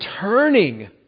turning